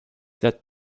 that